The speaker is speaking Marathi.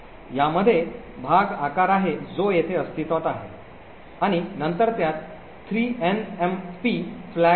यामध्ये भाग आकार आहे जो येथे अस्तित्वात आहे आणि नंतर त्यात 3 एन एम आणि P N M P flag आहेत